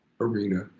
arena